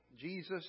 Jesus